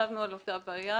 חשבנו על אותה הבעיה